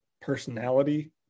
personality